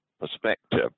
perspective